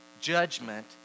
Judgment